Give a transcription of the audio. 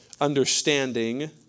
understanding